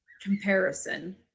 comparison